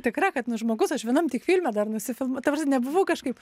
tikra kad nu žmogus aš vienam tik filme dar nusifilma ta prasme nebuvau kažkaip